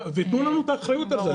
ותנו לנו את האחריות על זה.